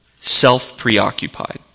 self-preoccupied